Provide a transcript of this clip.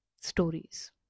stories